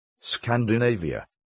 Scandinavia